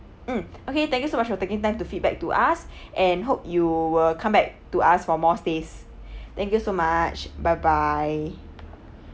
mm okay thank you so much for taking time to feedback to us and hope you will come back to ask for more space thank you so much bye bye